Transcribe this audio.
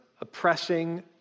oppressing